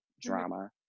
drama